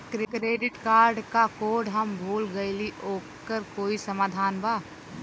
Credit card क code हम भूल गइली ओकर कोई समाधान बा?